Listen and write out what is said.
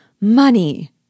Money